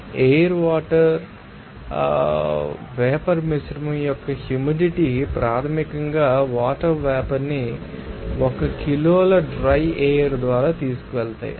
కాబట్టి air water vapour మిశ్రమం యొక్క హ్యూమిడిటీ ప్రాథమికంగా వాటర్ వేపర్ ని 1 కిలోల డ్రై ఎయిర్ ద్వారా తీసుకువెళతారు